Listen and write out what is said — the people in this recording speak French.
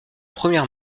première